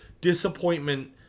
disappointment